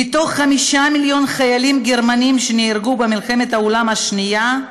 מ-5 מיליון חיילים גרמנים שנהרגו במלחמת העולם השנייה,